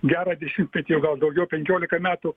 gerą dešimtmetį o gal daugiau penkiolika metų